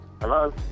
Hello